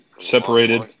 Separated